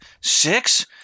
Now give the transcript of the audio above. Six